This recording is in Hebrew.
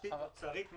תשתית אוצרית מובהקת,